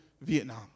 Vietnam